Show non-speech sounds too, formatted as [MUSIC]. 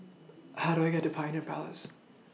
[NOISE] How Do I get to Pioneer Palace